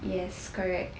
yes correct